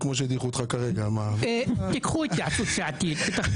קחו התייעצות סיעתית.